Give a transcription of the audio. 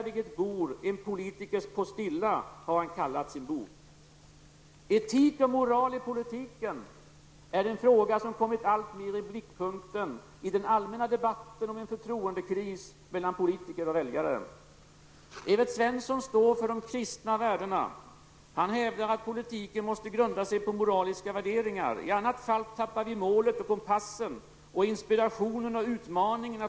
Sitt stora kunnande i dessa frågor har han breddat med erfarenheter från styrelsearbetet i vägverket, transportrådet och ordförandeskap i Svensk Bilprovning. Hans arbete i dessa styrelser har tillfört riksdagen ökad kompetens och erfarenhet och har varit en viktig länk mellan riksdagen och den verksamhet vi beslutar om.